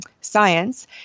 science